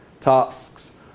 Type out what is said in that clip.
Tasks